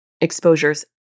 exposures